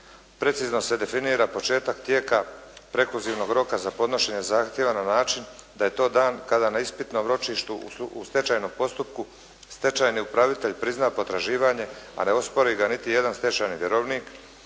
precizno se definira početak tijeka prekozimnog roka za podnošenje zahtjeva na način da je to dan kada na ispitnom ročištu u stečajnom postupku stečajni upravitelj prizna potraživanje a ne uspori ga niti jedan stečajni vjerovnik.